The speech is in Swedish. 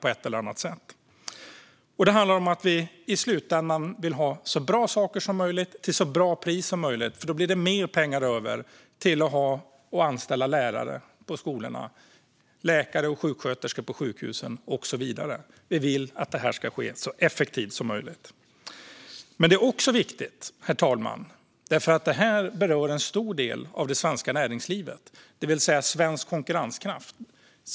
I slutändan handlar det här om att vi vill ha så bra saker som möjligt till så bra pris som möjligt, för då blir det mer pengar över till att anställa lärare på skolorna, läkare och sjuksköterskor på sjukhusen och så vidare. Vi vill att detta ska ske så effektivt som möjligt. Herr talman! Detta är också viktigt för att det berör en stor del av det svenska näringslivet, det vill säga svensk konkurrenskraft.